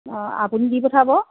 অঁ আপুনি দি পঠাব